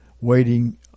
waiting